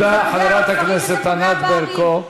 תודה, חברת הכנסת ענת ברקו.